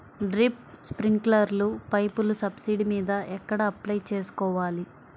Drip, స్ప్రింకర్లు పైపులు subsidy మీద ఎక్కడ అప్లై చేసుకోవాలి?